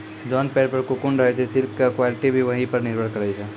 जोन पेड़ पर ककून रहै छे सिल्क के क्वालिटी भी वही पर निर्भर करै छै